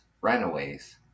runaways